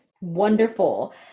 wonderful